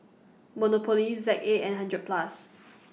Monopoly Z A and hundred Plus